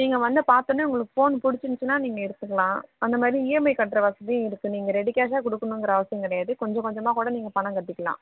நீங்கள் வந்து பார்த்தவொன்னே உங்களுக்கு ஃபோன் பிடிச்சிருந்துச்சின்னா நீங்கள் எடுத்துக்கலாம் அந்தமாதிரி இஎம்ஐ கட்டுற வசதியும் இருக்கு நீங்கள் ரெடி கேஸாக கொடுக்கணுங்கிற அவசியம் கிடையாது கொஞ்சம் கொஞ்சமாக கூட நீங்கள் பணம் கட்டிக்கலாம்